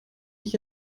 ich